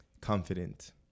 confident